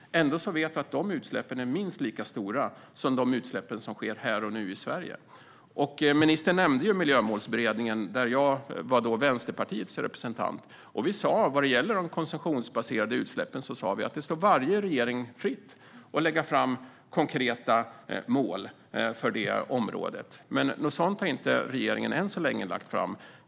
Ändå vet vi att dessa utsläpp är minst lika stora som de utsläpp som sker här och nu i Sverige. Ministern nämnde Miljömålsberedningen, där jag var Vänsterpartiets representant. Vad gäller de konsumtionsbaserade utsläppen sa vi att det står varje regering fritt att lägga fram konkreta mål för området, men något sådant har regeringen än så länge inte lagt fram.